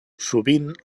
sovint